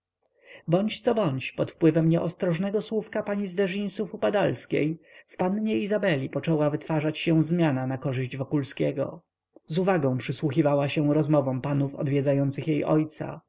bądź jak bądź pod wpływem nieostrożnego słówka pani z de ginsów upadalskiej w pannie izabeli poczęła wytwarzać się zmiana na korzyść wokulskiego z uwagą przysłuchiwała się rozmowom panów odwiedzających jej ojca